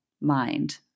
mind